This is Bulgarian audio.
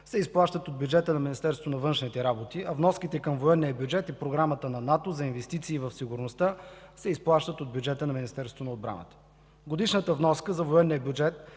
се изплащат от бюджета на Министерството на външните работи, а вноските към военния бюджет и Програмата на НАТО за инвестиции в сигурността се изплащат от бюджета на Министерството на отбраната. Годишната вноска за военния бюджет